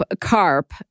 CARP